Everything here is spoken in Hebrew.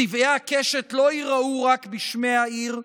צבעי הקשת לא ייראו רק בשמי העיר,